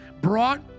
brought